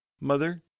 mother